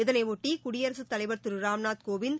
இதனையொட்டி குடியரசுத் தலைவா் திரு ராம்நாத் கோவிந்த்